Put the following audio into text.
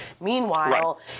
Meanwhile